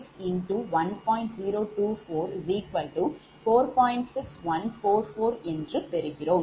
6144 என்று பெறுகிறோம்